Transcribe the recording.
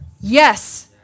Yes